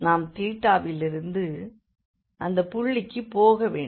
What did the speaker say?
நாம் 0 விலிருந்து அந்தப் புள்ளிக்குப் போகவேண்டும்